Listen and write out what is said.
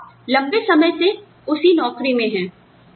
तोआप लंबे समय से उस नौकरी में हैं